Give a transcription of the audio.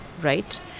right